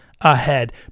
ahead